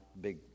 big